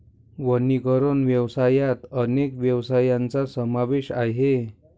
वनीकरण व्यवसायात अनेक व्यवसायांचा समावेश आहे